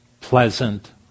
pleasant